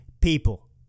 people